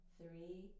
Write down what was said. three